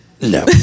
no